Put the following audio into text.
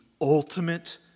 ultimate